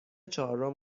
چهارم